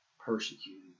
persecuted